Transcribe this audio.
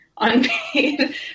unpaid